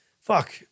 fuck